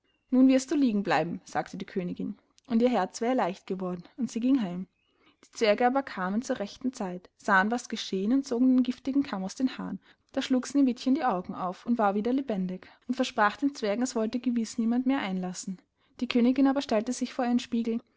nun wirst du liegen bleiben sagte die königin und ihr herz war ihr leicht geworden und sie ging heim die zwerge aber kamen zu rechter zeit sahen was geschehen und zogen den giftigen kamm aus den haaren da schlug sneewittchen die augen auf und war wieder lebendig und versprach den zwergen es wollte gewiß niemand mehr einlassen die königin aber stellte sich vor ihren spiegel